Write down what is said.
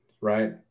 Right